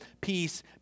peace